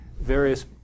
various